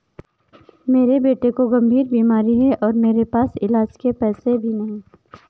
मेरे बेटे को गंभीर बीमारी है और मेरे पास इलाज के पैसे भी नहीं